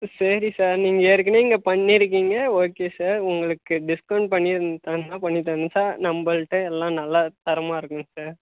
சரி சார் நீங்கள் ஏற்கனவே இங்கே பண்ணிருக்கீங்க ஓகே சார் உங்களுக்கு டிஸ்கவுண்ட் பண்ணி இருந்தாங்கன்னா பண்ணித் தருவேன் சார் நம்பள்கிட்ட எல்லாம் நல்லா தரமாக இருக்குங்க சார்